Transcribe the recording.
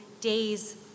days